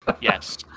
Yes